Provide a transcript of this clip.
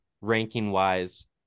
ranking-wise